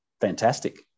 fantastic